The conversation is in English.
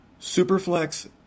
Superflex